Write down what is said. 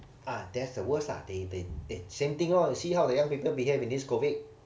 ah that's the worst ah they they same thing lor you see how the young people behave in this COVID